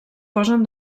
posen